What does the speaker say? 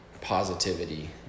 positivity